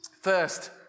First